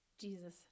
Jesus